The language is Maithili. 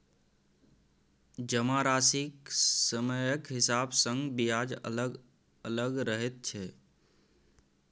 जमाराशिक समयक हिसाब सँ ब्याज अलग अलग रहैत छै